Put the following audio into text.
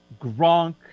Gronk